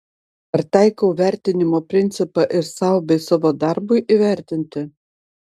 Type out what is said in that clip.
ar taikau vertinimo principą ir sau bei savo darbui įvertinti